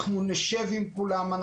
אנחנו נסייע עם כולם,